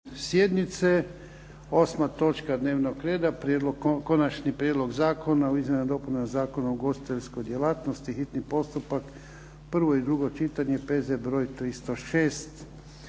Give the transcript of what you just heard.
sjednice. 8. točka dnevnog reda - Konačni prijedlog zakona o izmjenama Zakona o ugostiteljskoj djelatnosti, hitni postupak, prvo i drugo čitanje, P.Z. br. 306